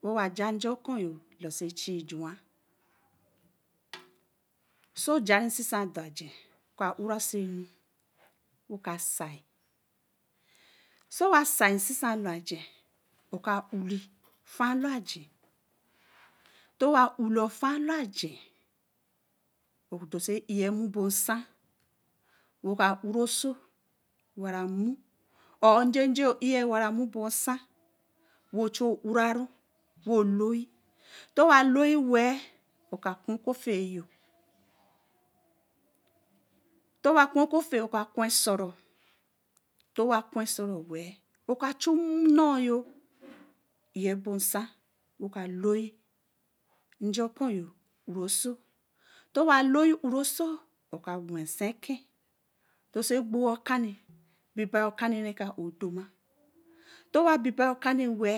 Te'wa genge oku-ō losi ɛchi juū. Oso ogeru resisa torāgɛ oka urūu sonu woka cii nsisa loaje woka uule ofaā laoje, towa uule ofaa loaji-i odosē̄ emoo-bo-sa woka uruū sō waramu or njeje ɛ̄ii waramo bo-nsa we ochu ura-a wo loyia towa loyin wel we oka kuū kofii woka kuu ɛsorū wei oka wei nnō-ah ɛ̄lbosa, woka loyin ngi-okoō̄yoh ura-oso ntowa loyin ura-oso, oka wen nsa ɛ̄ke. Dosi ɛgboo okani wel ba bibɔ̄ okani lowa bibai okani we